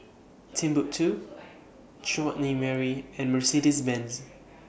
Timbuk two Chutney Mary and Mercedes Benz